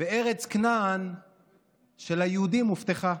בארץ כנען שליהודים הובטחה,